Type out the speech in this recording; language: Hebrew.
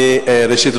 ראשית,